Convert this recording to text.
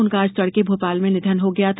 उनका आज तड़के भोपाल में निधन हो गया था